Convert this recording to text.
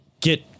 get